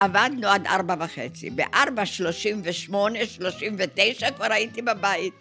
עבדנו עד ארבע וחצי. בארבע שלושים ושמונה - שלושים ותשע כבר הייתי בבית.